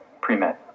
pre-med